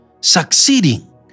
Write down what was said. succeeding